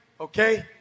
okay